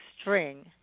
string